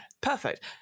perfect